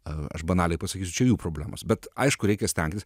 aš banaliai pasakysiu čia jų problemos bet aišku reikia stengtis